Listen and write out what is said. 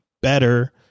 better